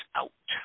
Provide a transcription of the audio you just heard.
out